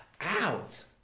out